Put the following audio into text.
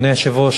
אדוני היושב-ראש,